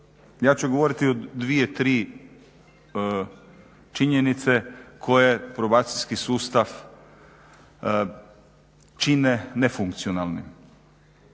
Ja ću govoriti o dvije, tri činjenice koje probacijski sustav čine nefunkcionalnim.